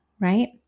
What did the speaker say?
right